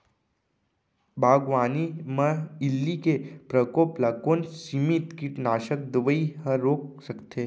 बागवानी म इल्ली के प्रकोप ल कोन सीमित कीटनाशक दवई ह रोक सकथे?